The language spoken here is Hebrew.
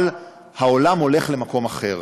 אבל העולם הולך למקום אחר,